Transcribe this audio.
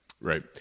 Right